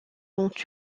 ont